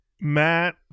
matt